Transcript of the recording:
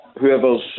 Whoever's